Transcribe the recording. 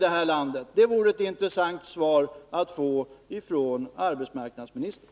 Det vore intressant att få ett svar på den frågan från arbetsmarknadsministern.